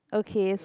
okay